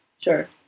Sure